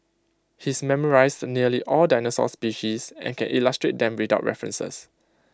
he's memorised nearly all dinosaur species and can illustrate them without references